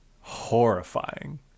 horrifying